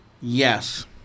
Yes